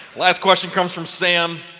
last question comes from sam.